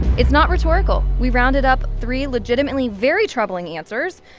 it's not rhetorical. we rounded up three legitimately very troubling answers.